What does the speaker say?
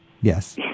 Yes